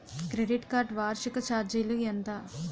Credit card వార్షిక ఛార్జీలు ఎంత?